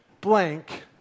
blank